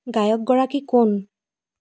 গায়কগৰাকী কোন